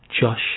Josh